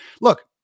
look